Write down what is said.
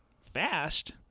fast